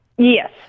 Yes